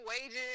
wages